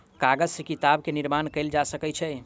कागज से किताब के निर्माण कयल जा सकै छै